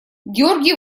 георгий